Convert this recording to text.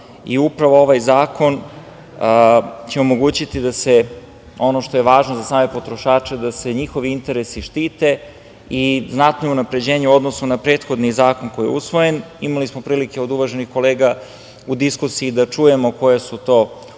građana. Upravo ovaj zakon će omogućiti da se ono što je važno za same potrošače, da se njihovi interesi štite i znatno je unapređenje u odnosu na prethodni zakon koji je usvojen. Imali smo prilike od uvaženih kolega u diskusiji da čujemo koja su to unapređenja. Ono